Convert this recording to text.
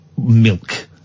milk